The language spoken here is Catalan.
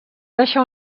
deixar